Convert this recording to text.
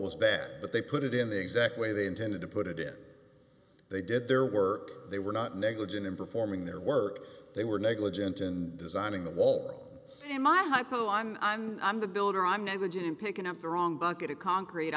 was bad but they put it in the exact way they intended to put it in they did their work they were not negligent in performing their work they were negligent and designing the wall to my hypo i'm i'm i'm the builder i'm negligent in picking up the wrong bucket of concrete